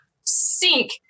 sink